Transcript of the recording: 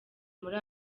muri